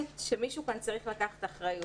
מישהו כאן צריך לקחת אחריות